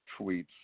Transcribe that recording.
tweets